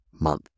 month